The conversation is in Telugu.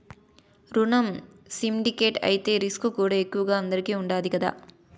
రునం సిండికేట్ అయితే రిస్కుకూడా ఎక్కువగా అందరికీ ఉండాది కదా